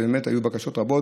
ובאמת היו בקשות רבות,